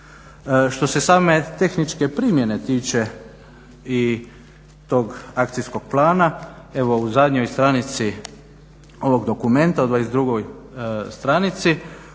Što se same tehničke primjene tiče i tog akcijskog plana, evo u zadnjoj stranici ovog dokumenta od, na 22. stranici